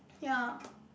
ya